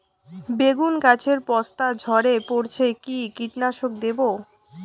বেগুন গাছের পস্তা ঝরে পড়ছে কি কীটনাশক দেব?